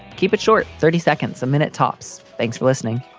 keep it short, thirty seconds a minute, tops. thanks for listening